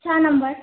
छह नंबर